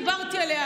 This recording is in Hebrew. דיברתי עליה,